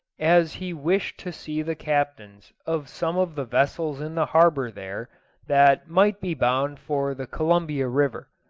as he wished to see the captains of some of the vessels in the harbour there that might be bound for the columbia river.